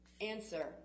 Answer